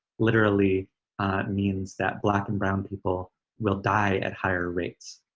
literally means that black and brown people will die at higher rates.